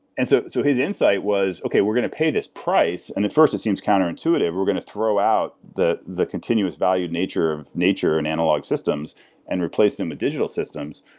and so so his insight was, okay, we're going to pay this price. and at first, it seems counterintuitive, we're going to throw out the the continuous valued nature of nature and analog systems and replace them with digital systems.